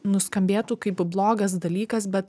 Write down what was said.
nuskambėtų kaip blogas dalykas bet